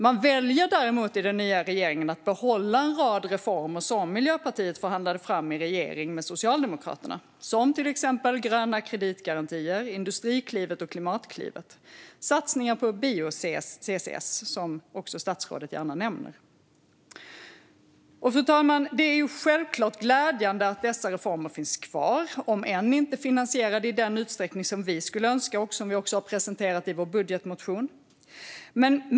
Den nya regeringen väljer däremot att behålla en rad reformer som Miljöpartiet förhandlade fram i regering med Socialdemokraterna, till exempel gröna kreditgarantier, Industriklivet, Klimatklivet och satsningar på bio-CCS, som också statsrådet gärna nämner. Fru talman! Det är självklart glädjande att dessa reformer finns kvar, om än inte finansierade i den utsträckning som vi skulle önska och som vi också har presenterat i vår budgetmotion.